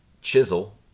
chisel